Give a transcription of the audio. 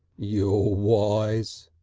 you're wise,